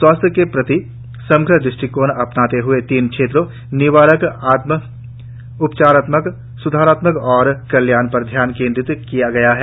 स्वास्थ्य के प्रति समग्र दृष्टिकोण अपनाते हुए तीन क्षेत्रों निवारक उपचारात्मक स्धारात्मक और कल्याण पर ध्यान केंद्रित किया गया है